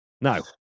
Now